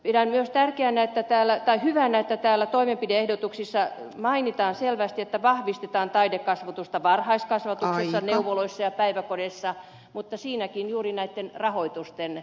pidän myös hyvänä että täällä toimenpide ehdotuksissa mainitaan selvästi että vahvistetaan taidekasvatusta varhaiskasvatuksessa neuvoloissa ja päiväkodeissa mutta siinäkin on juuri näitten rahoitusten turvaaminen